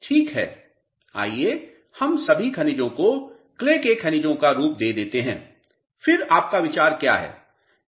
ठीक है आइए हम सभी खनिजों को क्ले के खनिजों का रूप दे देते हैं फिर आपका क्या विचार है